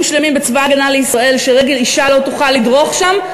שלמים בצבא ההגנה לישראל שרגל אישה לא תוכל לדרוך שם,